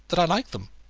that i like them.